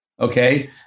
okay